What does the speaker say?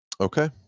Okay